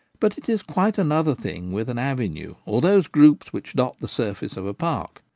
but it is quite another thing with an avenue or those groups which dot the surface of a park.